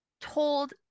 told